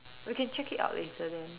we can check it out later then